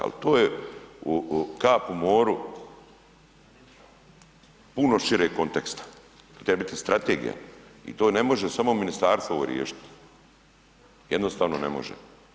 Ali to je kap u moru puno šireg konteksta, treba biti strategija i to ne može samo ministarstvo ovo riješiti, jednostavno ne može.